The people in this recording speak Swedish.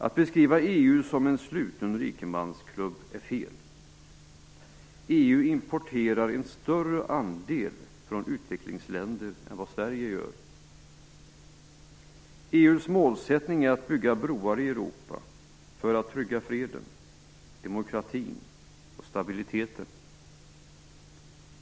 Att beskriva EU som en sluten rikemansklubb är fel. EU importerar en större andel från utvecklingsländer än vad Sverige gör. EU:s målsättning är att bygga broar i Europa för att trygga freden, demokratin och stabiliteten.